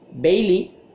Bailey